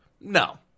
No